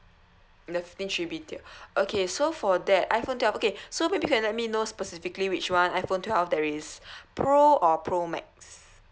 should be tier okay so for that iphone twelve okay so may be you can let me know specifically which one iphone twelve there is pro or pro max